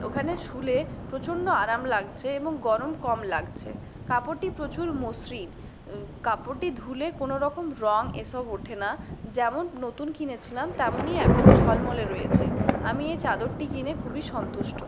ওখানে শুলে প্রচণ্ড আরাম লাগছে এবং গরম কম লাগছে কাপড়টি প্রচুর মসৃণ কাপড়টি ধুলে কোনোরকম রঙ এসব ওঠে না যেমন নতুন কিনেছিলাম তেমনই এখন ঝলমলে রয়েছে আমি এই চাদরটি কিনে খুবই সন্তুষ্ট